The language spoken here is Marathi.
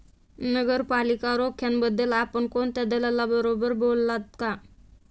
नगरपालिका रोख्यांबद्दल आपण कोणत्या दलालाबरोबर बोललात का?